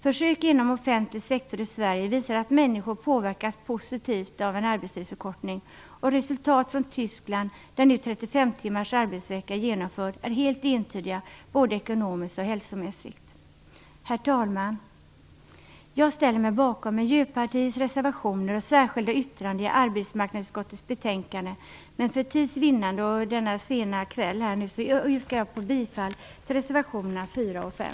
Försök inom offentlig sektor i Sverige visar att människor påverkas positivt av en arbetstidsförkortning, och resultat från Tyskland, där nu 35 timmars arbetsvecka är genomförd, är helt entydiga både ekonomiskt och hälsomässigt. Herr talman! Jag ställer mig bakom Miljöpartiets reservationer och särskilda yttranden till arbetsmarknadsutskottets betänkande. Men för tids vinnande yrkar jag denna sena kväll bifall till endast reservationerna 4 och 5.